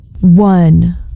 One